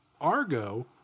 Argo